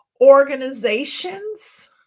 Organizations